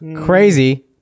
Crazy